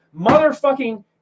motherfucking